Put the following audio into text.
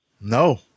No